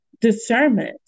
discernment